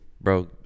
bro